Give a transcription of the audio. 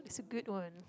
good one